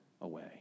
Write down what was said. away